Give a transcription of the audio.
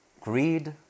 greed